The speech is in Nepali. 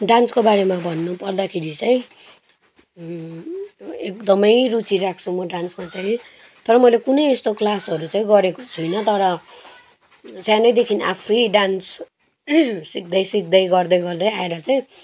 डान्सको बारेमा भन्नुपर्दाखेरि चाहिँ एकदमै रुचि राख्छु म डान्समा चाहिँ तर मैले कुनै यस्तो क्लासहरू चाहिँ गरेको छुइनँ तर सानैदेखि आफै डान्स सिक्दै सिक्दै गर्दै गर्दै आएर चाहिँ